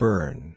Burn